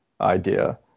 idea